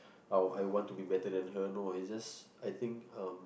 I I want to be better than her no it's just I think um